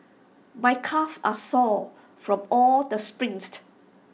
my calves are sore from all the sprints